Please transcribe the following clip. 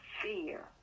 fear